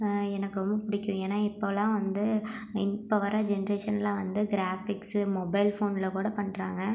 எனக்கு ரொம்ப பிடிக்கும் ஏன்னா இப்போலாம் வந்து இப்போ வர ஜென்ட்ரேஷன்லாம் வந்து கிராஃபிக்ஸு மொபைல் ஃபோனில் கூட பண்ணுறாங்க